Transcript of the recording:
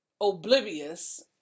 oblivious